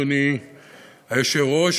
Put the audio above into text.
אדוני היושב-ראש,